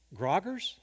groggers